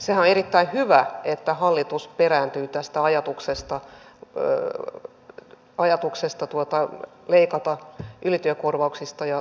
sehän on erittäin hyvä että hallitus perääntyy tästä ajatuksesta leikata ylityökorvauksista ja sunnuntaikorvauksista